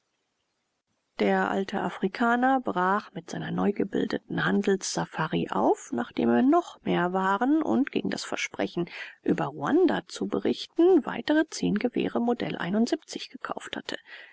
der alte afrikaner brach mit seiner neu gebildeten handelssafari auf nachdem er noch mehr waren und gegen das versprechen über ruanda zu berichten weitere zehn gewehre modell gekauft hatte